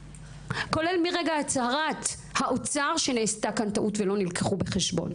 כולל מרגע הצהרת האוצר שנעשתה כאן טעות והן לא נלקחו בחשבון.